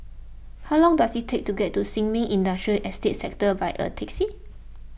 how long does it take to get to Sin Ming Industrial Estate Sector by a taxi